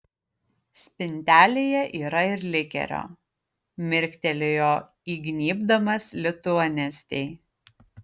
spintelėje yra ir likerio mirktelėjo įgnybdamas lituanistei